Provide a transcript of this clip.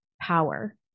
power